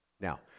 Now